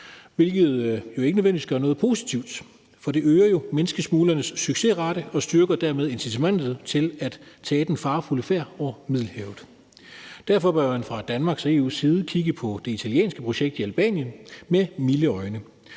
hvilket jo ikke nødvendigvis gør noget positivt. For det øger jo menneskesmuglernes succesrate, og det styrker dermed også incitamentet til at tage den farefulde færd over Middelhavet. Derfor bør man fra Danmarks og EU's side kigge på det italienske projekt i Albanien med milde øjne.